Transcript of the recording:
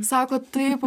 sako taip